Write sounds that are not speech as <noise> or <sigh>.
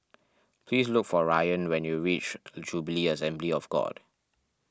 please look for Ryann when you reach <noise> Jubilee Assembly of God